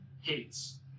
hates